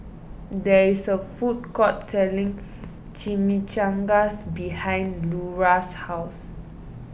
there is a food court selling Chimichangas behind Lura's house